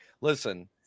listen